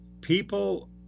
people